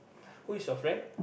who is your friend